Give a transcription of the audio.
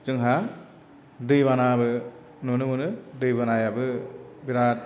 जोंहा दै बानाबो नुनो मोनो दैबानायाबो बिराद